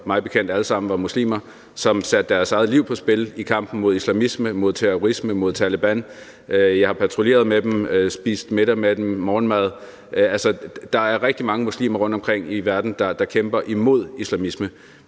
mig bekendt alle sammen var muslimer, og som satte deres eget liv på spil i kampen mod islamisme, mod terrorisme, mod Taliban. Jeg har patruljeret med dem og spist morgenmad og middag med dem. Der er rigtig mange muslimer rundtomkring i verden, der kæmper imod islamisme,